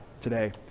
today